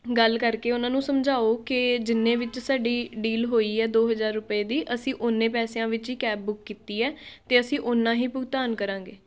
ਗੱਲ ਕਰਕੇ ਉਹਨਾਂ ਨੂੰ ਸਮਝਾਓ ਕਿ ਜਿੰਨੇ ਵਿੱਚ ਸਾਡੀ ਡੀਲ ਹੋਈ ਹੈ ਦੋ ਹਜ਼ਾਰ ਰੁਪਏ ਦੀ ਅਸੀਂ ਉਨੇ ਪੈਸਿਆਂ ਵਿੱਚ ਹੀ ਕੈਬ ਬੁੱਕ ਕੀਤੀ ਹੈ ਅਤੇ ਅਸੀਂ ਉਨਾਂ ਹੀ ਭੁਗਤਾਨ ਕਰਾਂਗੇ